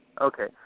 Okay